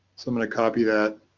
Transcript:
i'm going to copy that